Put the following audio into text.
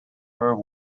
her